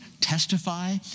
testify